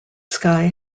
sky